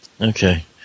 Okay